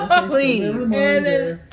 Please